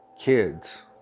kids